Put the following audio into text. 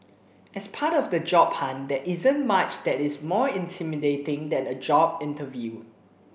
as part of the job hunt there isn't much that is more intimidating than a job interview